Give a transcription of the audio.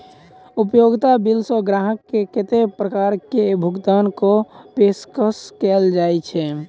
उपयोगिता बिल सऽ ग्राहक केँ कत्ते प्रकार केँ भुगतान कऽ पेशकश कैल जाय छै?